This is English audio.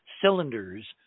cylinders